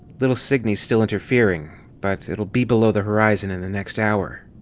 little cygni's still interfering-but but it'll be below the horizon in the next hour.